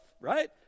right